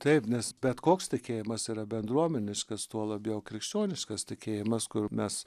taip nes bet koks tikėjimas yra bendruomeniškas tuo labiau krikščioniškas tikėjimas kur mes